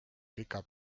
pika